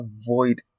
avoid